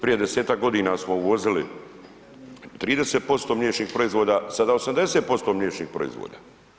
Prije 10-ak godina smo uvozili 30% mliječnih proizvoda, sada 80% mliječnih proizvoda.